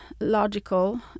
logical